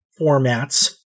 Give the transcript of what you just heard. formats